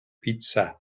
pitsa